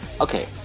Okay